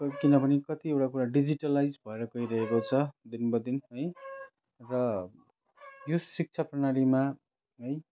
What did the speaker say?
किनभने कतिवटा कुरा डिजिटलाइज भएर गइ रहेको छ दिन बदिन है र यो शिक्षा प्रणालीमा है